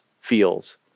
feels